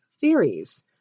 theories